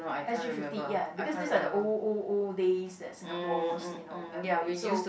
S_G fifty ya because these are the old old old days that Singapore's you know memory so